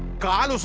god!